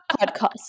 podcast